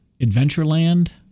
Adventureland